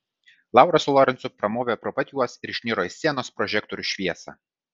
laura su lorencu pramovė pro pat juos ir išniro į scenos prožektorių šviesą